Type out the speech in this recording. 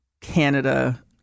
Canada